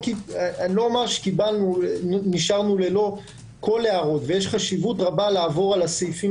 לא אומר שקיבלנו נשארנו ללא כל הערות ויש חשיבות רבה לעבור על הסעיפים